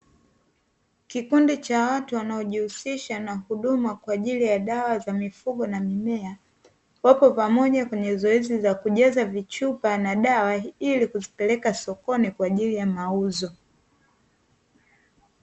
Kikundi cha watu wanaojihusisha na huduma kwa ajili ya dawa za mifugo na mimea, wapo kwenye zoezi la kujaza vichupa na dawa ili kuzipeleka sokoni kwa ajili ya mauzo.